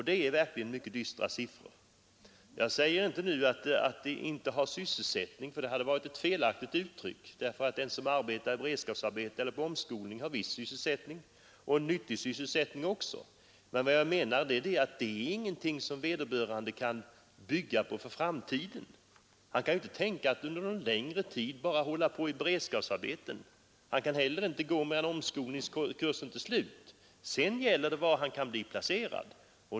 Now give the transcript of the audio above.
Det är verkligen mycket dystra siffror! Jag säger inte att de inte har sysselsättning — det hade varit ett felaktigt uttryck, den som har beredskapsarbete eller går på omskolning har visst sysselsättning, och en nyttig sysselsättning. Men det är ingenting som vederbörande kan bygga på för framtiden. Man kan inte under någon längre tid hålla på med beredskapsarbete, och man kan inte heller gå omskolningskursen mer än till slut, sedan gäller det var man kan bli placerad.